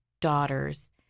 daughters